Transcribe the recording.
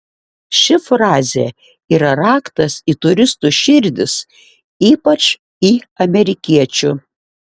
ši frazė yra raktas į turistų širdis ypač į amerikiečių